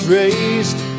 raised